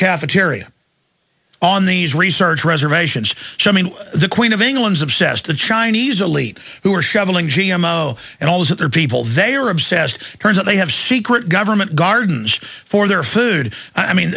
cafeteria on these research reservations show me the queen of england's obsessed the chinese elite who are struggling g m o and all those people they are obsessed it turns out they have secret government gardens for their food i mean